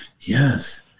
Yes